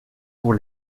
pour